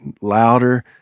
louder